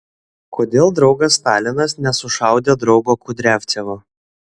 kodėl draugas stalinas nesušaudė draugo kudriavcevo